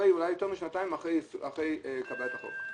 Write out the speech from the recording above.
- אולי יותר משנתיים אחרי קבלת החוק.